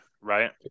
right